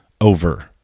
over